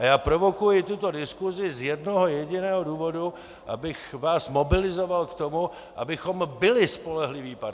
A já provokuji tuto diskusi z jednoho jediného důvodu, abych vás mobilizoval k tomu, abychom byli spolehlivý partner.